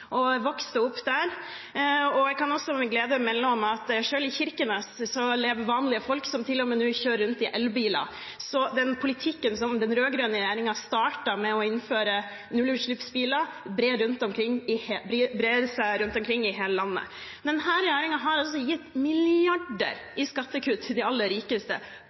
vokste opp. Jeg kan med glede melde om at selv i Kirkenes lever det vanlige folk som til og med kjører rundt i elbiler. Så den politikken som den rød-grønne regjeringen startet med å innføre nullutslippsbiler, brer seg rundt omkring i hele landet. Denne regjeringen har gitt milliarder i skattekutt til de aller rikeste.